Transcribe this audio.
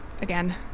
again